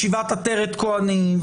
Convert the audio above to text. ישיבת עטרת כהנים,